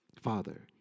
Father